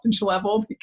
level